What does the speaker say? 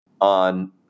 on